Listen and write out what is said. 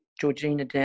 Georgina